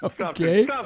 Okay